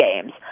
games